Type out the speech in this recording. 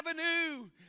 avenue